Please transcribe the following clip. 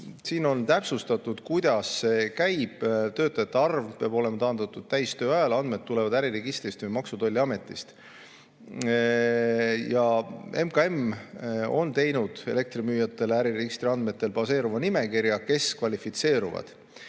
siin on täpsustatud, kuidas see käib. Töötajate arv peab olema taandatud täistööajale, andmed tulevad äriregistrist või Maksu- ja Tolliametist. MKM on teinud elektrimüüjatele äriregistri andmetel baseeruva nimekirja, kes kvalifitseeruvad,